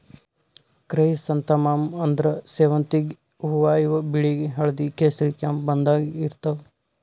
chrysanthemum ಅಂದ್ರ ಸೇವಂತಿಗ್ ಹೂವಾ ಇವ್ ಬಿಳಿ ಹಳ್ದಿ ಕೇಸರಿ ಕೆಂಪ್ ಬಣ್ಣದಾಗ್ ಇರ್ತವ್